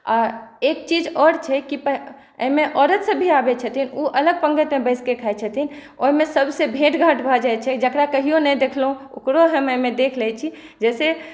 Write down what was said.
आर एक चीज आओर छै कि एहिमे औरत सभ भी आबै छथिन ओ अलग पङ्गतिमे बैसकऽ खाइ छथिन ओहिमे सभसँ भेट घाट भए जाइ छै जकरा कहिओ नहि देखलहुँ ओकरो हम एहिमे देख लै छी जाहिसॅं